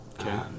Okay